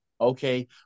okay